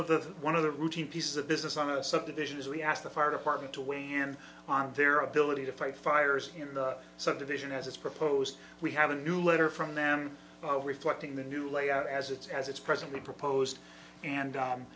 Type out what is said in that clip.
of the one of the routine piece of business on a subdivision is we asked the fire department to weigh in on their ability to fight fires in the subdivision as it's proposed we have a new letter from them reflecting the new layout as it's as it's presently proposed and